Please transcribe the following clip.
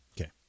Okay